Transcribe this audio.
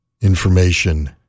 Information